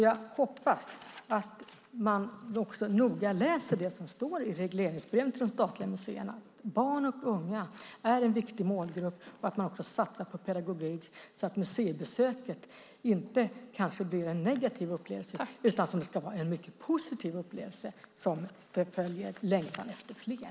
Jag hoppas att man noga läser det som står i regleringsbrevet till de statliga museerna nämligen att barn och unga är en viktig målgrupp och att man ska satsa på pedagogik så att museibesöket inte blir en negativ upplevelse utan en mycket positiv upplevelse som skapar längtan efter mer.